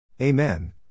Amen